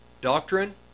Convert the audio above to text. Doctrine